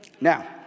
Now